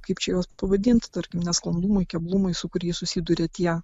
kaip čia juos pavadinti tarkim nesklandumai keblumai su kurį susiduria tie